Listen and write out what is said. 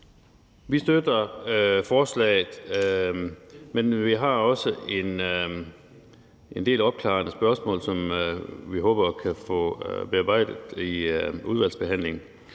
Vi støtter forslaget, men vi har også en del opklarende spørgsmål, som vi håber at kunne få bearbejdet i udvalgsbehandlingen.